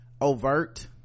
overt